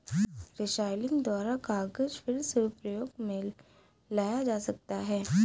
recycling द्वारा कागज फिर से प्रयोग मे लाया जा सकता है